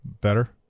Better